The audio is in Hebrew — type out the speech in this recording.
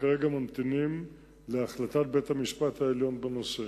וכרגע ממתינים להחלטת בית-המשפט העליון בנושא.